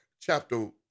chapter